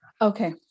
Okay